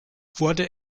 wurde